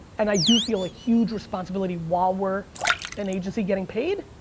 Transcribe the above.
and i do feel a huge responsibility while we're an agency getting paid.